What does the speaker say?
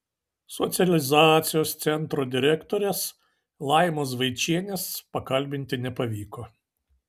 socializacijos centro direktorės laimos vaičienės pakalbinti nepavyko